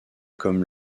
comme